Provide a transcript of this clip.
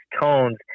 tones